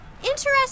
Interesting